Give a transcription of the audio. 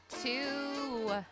two